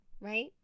right